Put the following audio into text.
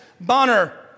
Bonner